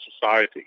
society